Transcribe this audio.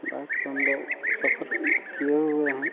bike पर हम लोग सफर किए हुए हैं